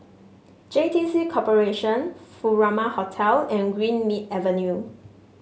J T C Corporation Furama Hotel and Greenmead Avenue